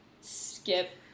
skip